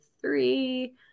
three